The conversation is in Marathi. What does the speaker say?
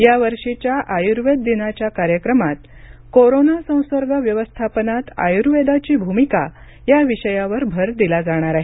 यावर्षीच्या आयुर्वेद दिनाच्या कार्यक्रमात कोरोना संसर्ग व्यवस्थापनात आयुर्वेदाची भूमिका या विषयावर भर दिला जाणार आहे